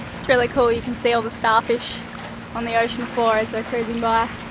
it's really cool you can see all the starfish on the ocean floor as we're cruising by.